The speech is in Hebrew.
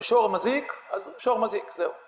בשור מזיק, אז בשור מזיק זהו..